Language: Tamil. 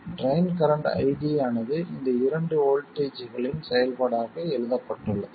ட்ரைன் கரண்ட் ID ஆனது இந்த இரண்டு வோல்ட்டேஜ்களின் செயல்பாடாக எழுதப்பட்டுள்ளது